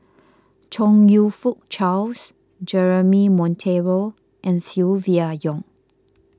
Chong You Fook Charles Jeremy Monteiro and Silvia Yong